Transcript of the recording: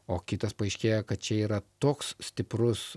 o kitas paaiškėja kad čia yra toks stiprus